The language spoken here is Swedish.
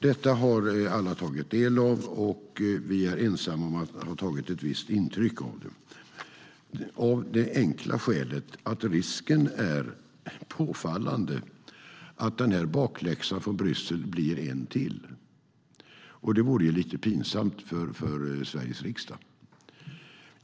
Detta har alla tagit del av, men vi är ensamma om att ha tagit ett visst intryck av det, av det enkla skälet att risken är påfallande att den här bakläxan från Bryssel blir en bakläxa till. Det vore lite pinsamt för Sveriges riksdag.